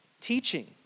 teaching